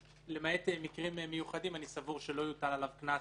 למעט במקרים מיוחדים, אני סבור שלא יוטל עליו קנס